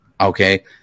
Okay